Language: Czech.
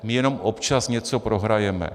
My jenom občas něco prohrajeme.